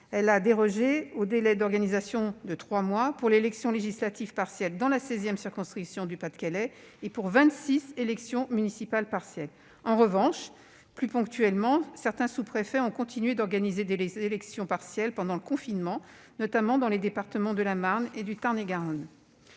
Elle a ainsi dérogé au délai d'organisation de trois mois pour l'élection législative partielle dans la sixième circonscription du Pas-de-Calais et pour 26 élections municipales partielles. En revanche, plus ponctuellement, certains sous-préfets ont continué d'organiser des élections partielles pendant le confinement, notamment dans les départements de la Marne et du Tarn-et-Garonne.